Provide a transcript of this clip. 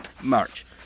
march